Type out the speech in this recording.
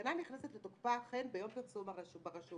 תקנה נכנסת לתוקפה החל ביום הפרסום ברשומות.